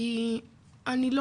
כי אני לא